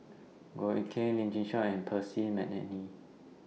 Goh Eck Kheng Lim Chin Siong and Percy Mcneice